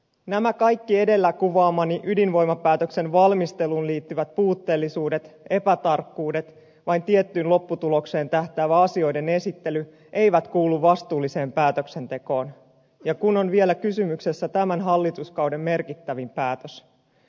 nämä kaikki edellä kuvaamani ydinvoimapäätöksen valmisteluun liittyvät puutteellisuudet epätarkkuudet vain tiettyyn lopputulokseen tähtäävä asioiden esittely eivät kuulu vastuulliseen päätöksentekoon ja on vielä kysymyksessä tämän hallituskauden merkittävin päätös